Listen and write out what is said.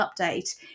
update